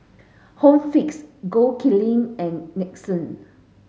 Home Fix Gold Kili and Nixon